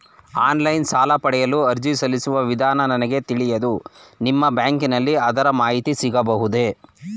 Online ಸಾಲ ಪಡೆಯಲು ಅರ್ಜಿ ಸಲ್ಲಿಸುವ ವಿಧಾನ ನನಗೆ ತಿಳಿಯದು ನಿಮ್ಮ ಬ್ಯಾಂಕಿನಲ್ಲಿ ಅದರ ಮಾಹಿತಿ ಸಿಗಬಹುದೇ?